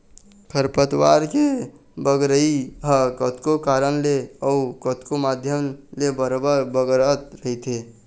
खरपतवार के बगरई ह कतको कारन ले अउ कतको माध्यम ले बरोबर बगरत रहिथे